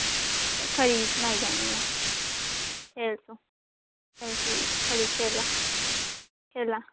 खरी सनाई देङ मैं खेल तूं चल ठीक खरी खेल ले खेल ले